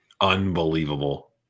Unbelievable